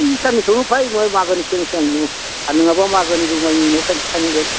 इह सान्नैसोआवनो फै होनबा माघोनि सिगां सिगां नु आर नङाबा माघोनि जमानि उनाव फैबा फाइन नांगोन